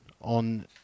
on